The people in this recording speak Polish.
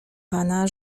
pana